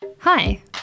Hi